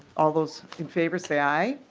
all those in favor say aye.